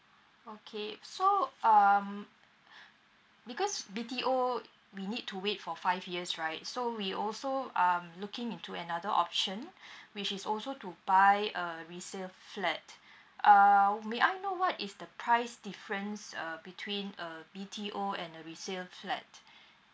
okay so um because B_T_O we need to wait for five years right so we also um looking into another option which is also to buy a resale flat uh may I know what is the price difference uh between a B_T_O and a resale flat